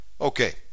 Okay